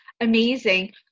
amazing